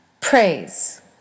Praise